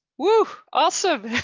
well, also,